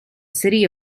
city